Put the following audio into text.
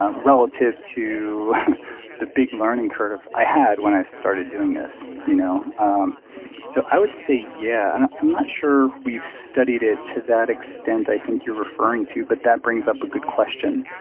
ah relative to the big learning curve i had when i started doing this. you know um so i would say yeah. and i'm not sure we've studied it to that extent i think you're referring to, but that brings up a good question